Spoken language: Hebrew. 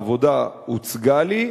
העבודה הוצגה לי,